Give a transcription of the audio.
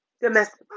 domestic